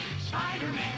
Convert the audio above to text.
Spider-Man